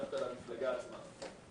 למפלגה עצמה.